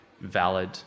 valid